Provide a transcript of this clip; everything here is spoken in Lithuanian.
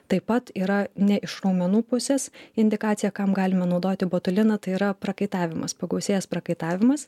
taip pat yra ne iš raumenų pusės indikacija kam galima naudoti botuliną tai yra prakaitavimas pagausėjęs prakaitavimas